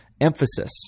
emphasis